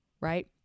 right